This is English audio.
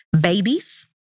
babies